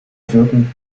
wirken